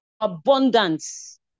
abundance